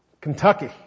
Kentucky